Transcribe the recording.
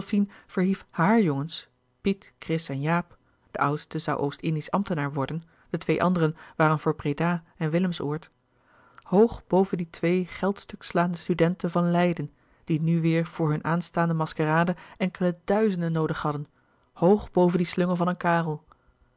hàre jongens piet chris en jaap de oudste zoû oost indiesch ambtenaar worden de twee anderen waren voor breda en willemsoord hoog boven die twee geldstukslaande studenten van leiden die nu weêr voor hunne aanstaande maskerade enkele duizenden noodig hadden hoog boven dien slungel van een karel